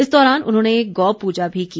इस दौरान उन्होंने गौ पूजा भी की